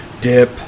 dip